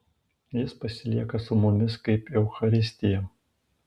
jis pasilieka su mumis kaip eucharistija